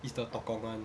it's the tok gong one